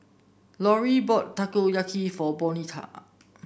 bought Takoyaki for Bonita